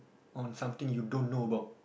on something you don't know about